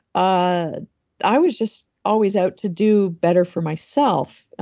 ah i was just always out to do better for myself,